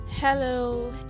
hello